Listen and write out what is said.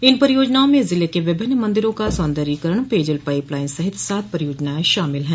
इन परियोजनाओं में ज़िले के विभिन्न मंदिरों का सौन्दर्यीकरण पेयजल पाईप लाईन सहित सात परियोजनाएं शामिल हैं